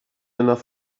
enough